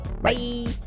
Bye